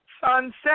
sunset